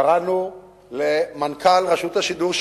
קראנו למנכ"ל רשות השידור,